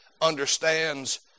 understands